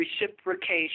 reciprocation